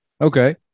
Okay